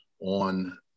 on